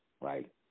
right